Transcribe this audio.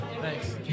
Thanks